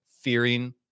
fearing